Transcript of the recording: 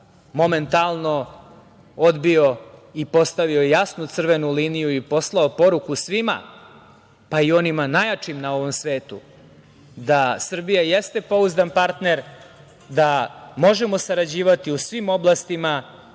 momentalno odbio i postavio jasnu crvenu liniju i postao poruku svima, pa i onima najjačim na ovom svetu, da Srbija jeste pouzdan partner, da možemo sarađivati u svim oblastima,